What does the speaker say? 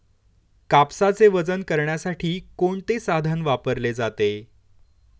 कापसाचे वजन करण्यासाठी कोणते साधन वापरले जाते?